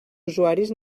usuaris